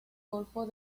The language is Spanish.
golfo